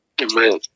Amen